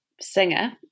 singer